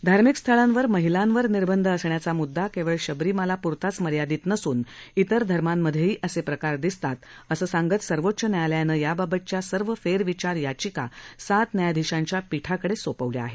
धर्मिक स्थळांवर महिलांवर निर्बंध असण्याचा मुददा केवळ शबरीमालापुरताच मर्यादित नसून इतर धर्मांमधेही असे प्रकार दिसतात असं सांगत सर्वोच्च न्यायालयानं याबाबतच्या सर्व फेरविचार याचिका सात न्यायाधिशांच्या पीठाकडे सोपवल्या आहेत